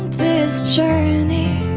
this journey